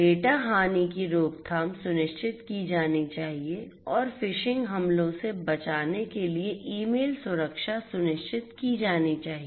data हानि की रोकथाम सुनिश्चित की जानी चाहिए और फ़िशिंग हमलों से बचाने के लिए ईमेल सुरक्षा सुनिश्चित की जानी चाहिए